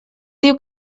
diu